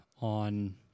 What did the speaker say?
on